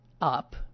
up